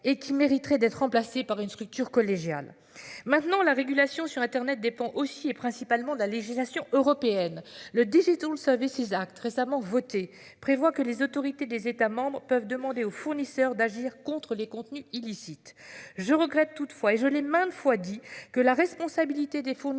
et qui mériteraient d'être remplacée par une structure collégiale maintenant la régulation sur Internet dépend aussi et principalement de la législation européenne le 18 ou vous le savez ces actes récemment voté prévoit que les autorités des États membres peuvent demander aux fournisseurs d'agir contre les contenus illicites. Je regrette toutefois et je l'ai maintes fois dit que la responsabilité des fournisseurs